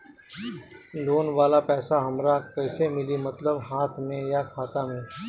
Loan वाला पैसा हमरा कइसे मिली मतलब हाथ में या खाता में?